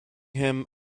him